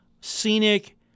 scenic